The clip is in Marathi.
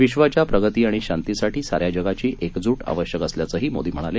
विश्वाच्या प्रगती आणि शांती साठी सा या जगाची एकजूट आवश्यक असल्याचंही मोदी म्हणाले